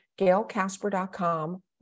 gailcasper.com